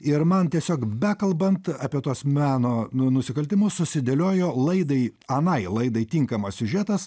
ir man tiesiog bekalbant apie tuos meno nusikaltimus susidėliojo laidai anai laidai tinkamas siužetas